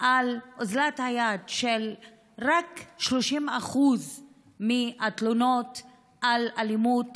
על אוזלת היד, שרק 30% מהתלונות על אלימות